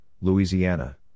Louisiana